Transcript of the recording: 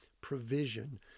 provision